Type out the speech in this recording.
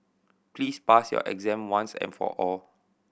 please pass your exam once and for all